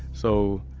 so,